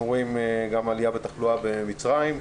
אנחנו רואים גם עלייה בתחלואה במצריים,